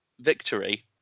victory